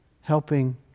helping